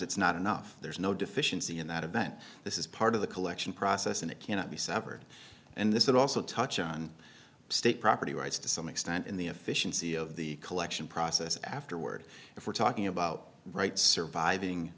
it's not enough there's no deficiency in that event this is part of the collection process and it cannot be severed and this would also touch on state property rights to some extent in the efficiency of the collection process afterward if we're talking about right surviving